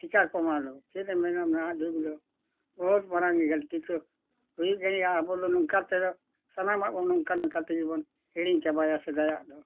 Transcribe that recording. ᱪᱤᱠᱟᱹ ᱠᱚᱣᱟᱢ ᱟᱫᱚ ᱪᱮᱫ ᱮᱢ ᱢᱮᱱᱟ ᱱᱟᱦᱟᱜ ᱡᱩᱜᱽ ᱫᱚ ᱵᱚᱦᱩᱛ ᱢᱟᱨᱟᱝ ᱜᱮ ᱜᱟᱹᱞᱛᱤ ᱠᱚ ᱦᱩᱭᱩᱜ ᱠᱟᱱ ᱜᱮᱭᱟ ᱟᱵᱚ ᱫᱚ ᱱᱚᱝᱠᱟ ᱛᱮᱫᱚ ᱥᱟᱱᱟᱢᱟᱜ ᱵᱚᱱ ᱱᱚᱝᱠᱟ ᱱᱚᱝᱠᱟ ᱛᱮᱜᱮ ᱵᱚᱱ ᱦᱤᱲᱤᱧ ᱪᱟᱵᱟᱭᱟ ᱥᱮᱫᱟᱭᱟᱜ ᱫᱚ